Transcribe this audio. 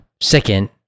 second